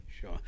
Sure